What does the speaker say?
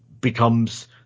becomes